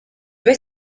due